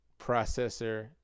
processor